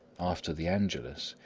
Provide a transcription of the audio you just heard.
after the angelus,